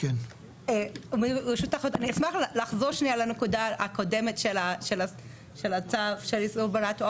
אני אשמח לחזור לנקודה הקודמת של הצו איסור הלבנת הון,